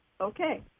Okay